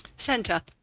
Centre